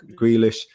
Grealish